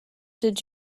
did